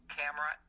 camera